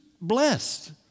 blessed